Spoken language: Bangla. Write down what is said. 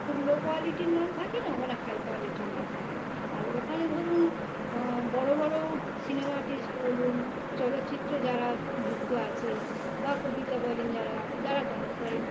খুব লো কোয়ালিটির মাল থাকে না ওখানে হাই কোয়ালিটির মাল থাকে আর ওখানে ধরুন বড় বড় সিনেমা আর্টিস্ট বলুন চলচ্চিত্রে যারা যুক্ত আছে বা কবিতা বলেন যারা যারা গান করেন